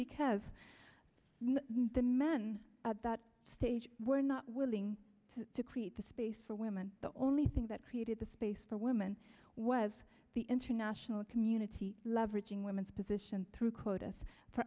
because the men at that stage were not willing to create the space for women the only thing that created the space for women was the international community leveraging women's position through quotas for